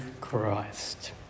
Christ